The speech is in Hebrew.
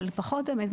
אבל פחות באמת,